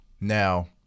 Now